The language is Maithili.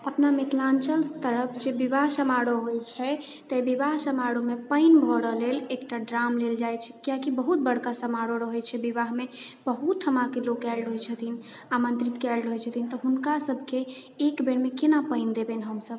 अपना मिथिलाञ्चल तरफ जे विवाह समारोह होइत छै तऽ विवाह समारोहमे पानि भरऽ लेल एकटा ड्राम लेल जाइत छै किआकि बहुत बड़का समारोह रहए छै विवाहमे बहुत ठमाके लोक आएल रहै छथिन आमंत्रित कयल रहै छथिन तऽ हुनका सबकेँ एक बेरमे केना पानि देबनि हमसब